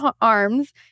arms